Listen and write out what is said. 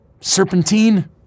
serpentine